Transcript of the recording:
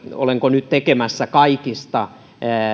olenko nyt tekemässä kaikista